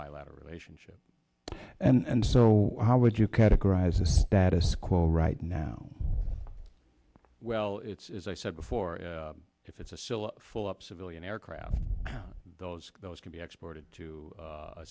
bilateral relationship and so how would you categorize the status quo right now well it's i said before if it's a full up civilian aircraft those those can be exported to